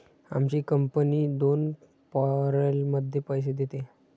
आमची कंपनी दोन पॅरोलमध्ये पैसे देते